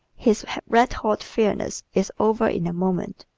his red-hot fieriness is over in a moment.